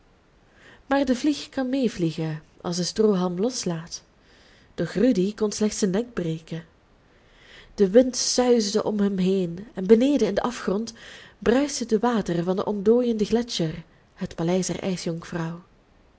maar de vlieg kan meevliegen als de stroohalm loslaat doch rudy kon slechts zijn nek breken de wind suisde om hem heen en beneden in den afgrond bruisten de wateren van den ontdooienden gletscher het paleis der